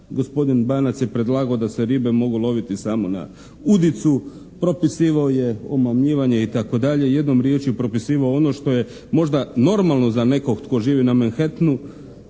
gospodin Banac je predlagao da se ribe mogu loviti samo na udicu. Propisivao je omamljivanje i tako dalje. Jednom riječju propisivao ono što je možda normalno za nekog tko živi na Manhatanu